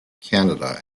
canada